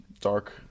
dark